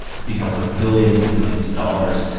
become worth billions and billions of dollars,